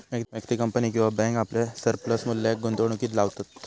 व्यक्ती, कंपनी किंवा बॅन्क आपल्या सरप्लस मुल्याक गुंतवणुकीत लावतत